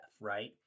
right